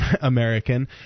American